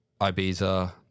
ibiza